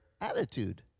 attitude